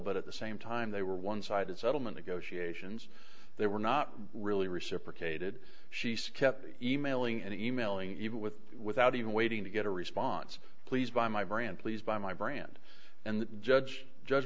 but at the same time they were one sided settlement negotiations they were not really reciprocated she's kept emailing and e mailing even with without even waiting to get a response please by my brantley's by my brand and judge judge